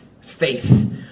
faith